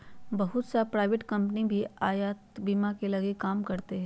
बहुत सा private company भी यातायात बीमा के लगी काम करते हइ